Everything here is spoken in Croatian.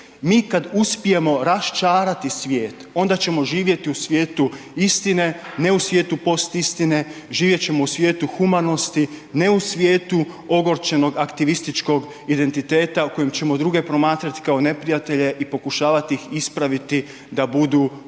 Mi kad uspijemo rasčarati svijet, onda ćemo živjeti u svijetu istine, ne u svijetu postistine, živjet ćemo u svijetu humanosti, ne u svijetu ogorčenog aktivističkog identiteta u kojem ćemo druge promatrat kao neprijatelje i pokušavat ih ispraviti da budu potpuno